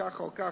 כך או כך.